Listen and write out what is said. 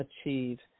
achieve